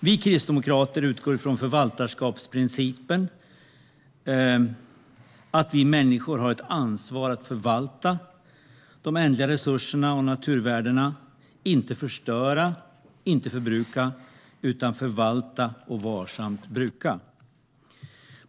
Vi kristdemokrater utgår från förvaltarskapsprincipen: att vi människor har ett ansvar att förvalta de ändliga resurserna och naturvärdena, inte förstöra, inte förbruka utan förvalta och varsamt bruka.